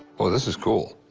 whoa, this is cool.